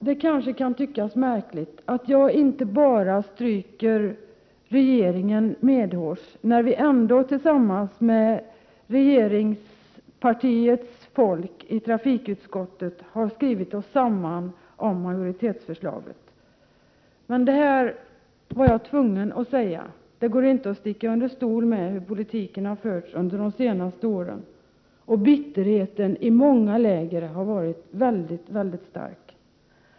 Det kanske kan tyckas märkligt att jag inte bara stryker regeringen medhårs, när vi ändå har skrivit oss samman med regeringsfolket i trafikutskottet om majoritetsförslaget — men jag var tvungen att säga detta. Det går inte att sticka under stol med hur politiken har förts under de senaste åren, och bitterheten i många läger har varit väldigt stark.